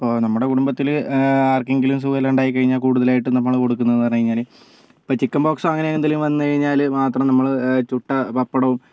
അപ്പോൾ നമ്മുടെ കുടുംബത്തില് ആർക്കെങ്കിലും സുഖയില്ലാണ്ടായിക്കഴിഞ്ഞാൽ കൂടുതലായിട്ടും നമ്മള് കൊടുക്കുന്നതെന്ന് പറഞ്ഞുകഴിഞ്ഞാല് ഇപ്പം ചിക്കൻപോക്സ് അങ്ങനെ എന്തേലും വന്ന് കഴിഞ്ഞാല് മാത്രം നമ്മള് ചുട്ട പപ്പടവും